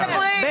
אני